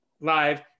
Live